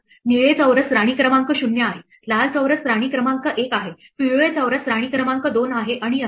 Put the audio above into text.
निळे चौरस राणी क्रमांक 0 आहे लाल चौरस राणी क्रमांक एक आहे पिवळे चौरस राणी क्रमांक दोन आहे आणि असेच